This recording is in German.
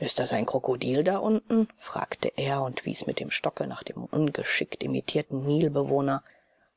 ist das ein krokodil da unten fragte er und wies mit dem stocke nach dem ungeschickt imitierten nilbewohner